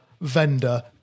vendor